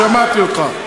שמעתי אותך.